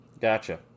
Gotcha